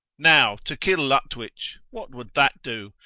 now, to kill lutwyche, what wouh that do?